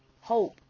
hope